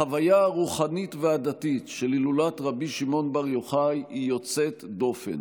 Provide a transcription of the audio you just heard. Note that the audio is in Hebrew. החוויה הרוחנית והדתית של הילולת רבי שמעון בר יוחאי היא יוצאת דופן.